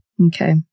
Okay